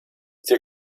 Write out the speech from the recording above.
dir